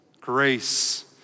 grace